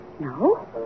No